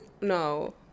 No